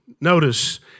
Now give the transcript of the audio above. Notice